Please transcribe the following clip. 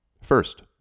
First